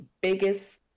biggest